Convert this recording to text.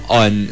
on